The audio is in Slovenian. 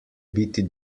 biti